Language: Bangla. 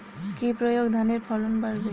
কি প্রয়গে ধানের ফলন বাড়বে?